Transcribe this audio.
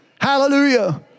Hallelujah